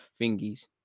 thingies